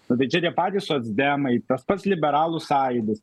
nu tai čia tie patys socdemai tas pats liberalų sąjūdis